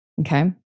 Okay